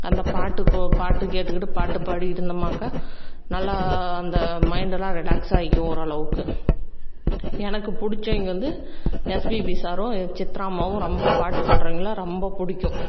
அந்தப் பாட்டுக்கு பாட்டு கேட்டுக்கிட்டு பாட்டுப் பாடிட்டு இருந்தோம்னாக்கா நல்லா அந்த மைண்டெல்லாம் ரிலாக்ஸ் ஆகிக்கும் ஓரளவுக்கு எனக்குப் பிடிச்சவிங்க வந்து எஸ்பிபி சாரும் சித்ராம்மாவும் ரொம்பப் பாட்டு பாடறவங்கள்ல ரொம்பப் பிடிக்கும்